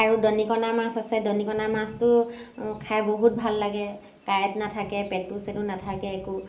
আৰু দৰিকণা মাছ আছে দৰিকণা মাছটো খাই বহুত ভাল লাগে কাঁইট নাথাকে পেটু চেটু নাথাকে একো